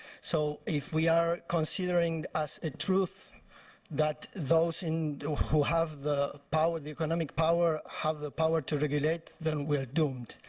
so if we are considering as a truth that those who have the power, the economic power, have the power to regulate, then we are doomed.